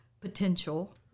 potential